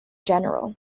general